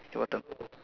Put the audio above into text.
water